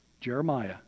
Jeremiah